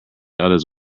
others